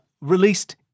released